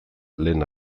lehen